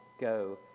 go